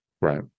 Right